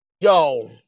yo